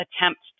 attempt